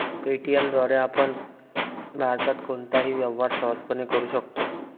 Paytm द्वारे आपण भारतात कोणताही व्यवहार सहजपणे करू शकता